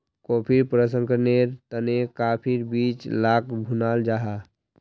कॉफ़ीर प्रशंकरनेर तने काफिर बीज लाक भुनाल जाहा